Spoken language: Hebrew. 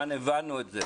הבנו את זה,